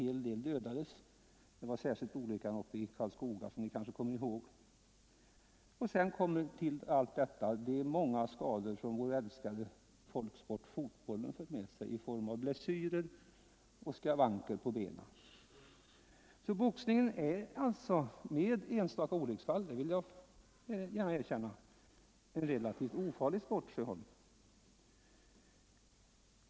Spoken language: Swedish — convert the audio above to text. Av dessa dödades en-hel del — särskilt olyckan i Karlskoga kanske ni kommer ihåg. Till allt detta kommer de många skador som vår älskade folksport fotbollen fört med sig i form av blessyrer och skavanker på benen. Boxningen är alltså trots enstaka olycksfall — jag vill gärna erkänna att sådana förekommer — en relativt ofarlig sport, herr Sjöholm.